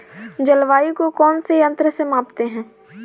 जलवायु को कौन से यंत्र से मापते हैं?